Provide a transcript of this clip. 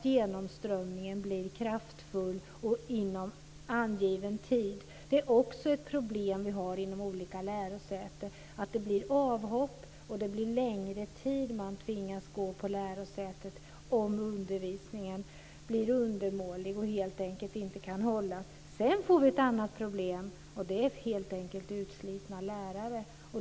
Genomströmningen ska också vara god och ske inom angiven tid. Det är också ett problem vi har på olika lärosäten; det blir avhopp, och man tvingas gå på lärosätet under längre tid om undervisningen blir undermålig och helt enkelt inte kan hållas. Sedan får vi ett annat problem, och det är utslitna lärare.